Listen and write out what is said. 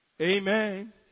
Amen